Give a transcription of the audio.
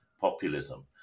populism